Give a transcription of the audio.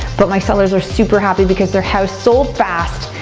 but my sellers were super happy because their house sold fast,